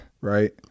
right